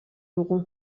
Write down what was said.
dugu